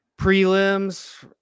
prelims